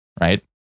right